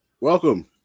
welcome